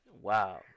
Wow